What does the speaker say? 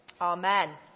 Amen